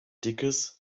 dickes